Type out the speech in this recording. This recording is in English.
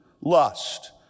lust